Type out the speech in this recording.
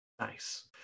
Nice